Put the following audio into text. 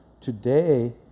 Today